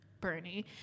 Bernie